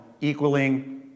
equaling